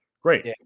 Great